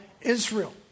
Israel